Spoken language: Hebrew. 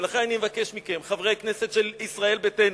ולכן אני מבקש מכם, חברי הכנסת של ישראל ביתנו,